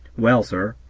well, sir,